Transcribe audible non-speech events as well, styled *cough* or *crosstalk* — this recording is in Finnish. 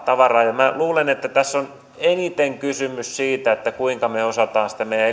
tavaraa minä luulen että tässä on eniten kysymys siitä kuinka me osaamme sitä meidän *unintelligible*